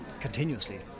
continuously